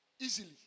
Easily